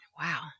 wow